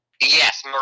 Yes